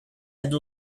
had